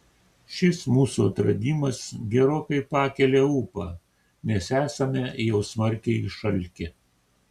šis mūsų atradimas gerokai pakelia ūpą nes esame jau smarkiai išalkę